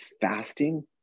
fasting